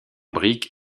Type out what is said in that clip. brique